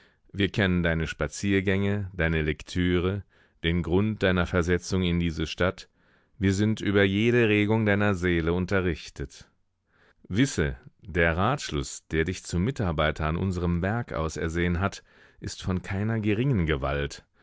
wir kennen deine spaziergänge deine lektüre den grund deiner versetzung in diese stadt wir sind über jede regung deiner seele unterrichtet wisse der ratschluß der dich zum mitarbeiter an unserem werk ausersehen hat ist von keiner geringen gewalt